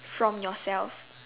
from yourself